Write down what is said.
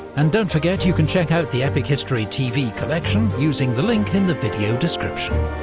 and don't forget you can check out the epic history tv collection using the link in the video description.